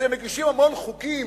אתם מגישים המון חוקים,